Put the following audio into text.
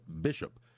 Bishop